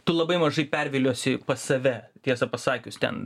tu labai mažai perviliosi pas save tiesą pasakius ten